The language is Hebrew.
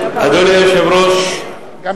אדוני היושב-ראש, ההצבעה שלי לא נקלטה.